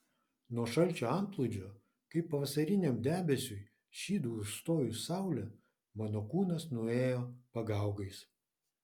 nuo šalčio antplūdžio kaip pavasariniam debesiui šydu užstojus saulę mano kūnas nuėjo pagaugais